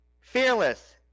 fearless